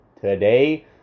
Today